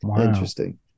Interesting